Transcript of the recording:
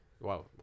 Wow